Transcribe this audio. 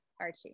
Archie